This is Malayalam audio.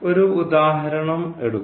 ഒരു ഉദാഹരണം എടുക്കുന്നു